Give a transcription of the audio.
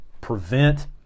prevent